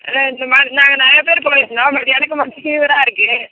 ஆ இந்தமாதிரி நாங்கள் நிறையா பேர் போயிருந்தோம் பட் எனக்கு மட்டும் ஃபீவராக இருக்குது